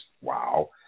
wow